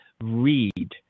read